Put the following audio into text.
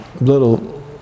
little